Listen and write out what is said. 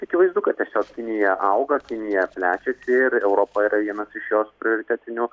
akivaizdu kad tiesiog kinija auga kinija plečiasi ir europa yra vienas iš jos prioritetinių